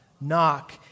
Knock